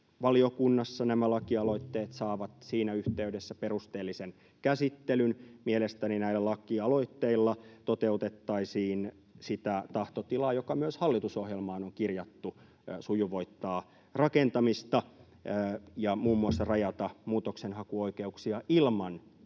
ympäristövaliokunnassa nämä lakialoitteet saavat siinä yhteydessä perusteellisen käsittelyn. Mielestäni näillä lakialoitteilla toteutettaisiin sitä tahtotilaa, joka myös hallitusohjelmaan on kirjattu — sujuvoittaa rakentamista ja muun muassa rajata muutoksenhakuoikeuksia ilman,